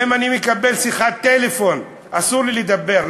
ואם אני מקבל שיחת טלפון אסור לי לדבר.